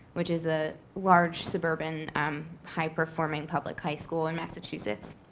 which is a large suburban um high performing public high school in massachusetts.